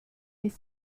les